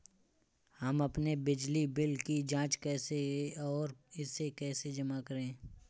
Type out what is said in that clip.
हम अपने बिजली बिल की जाँच कैसे और इसे कैसे जमा करें?